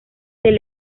del